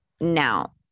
Now